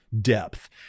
depth